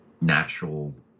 natural